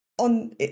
On